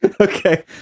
Okay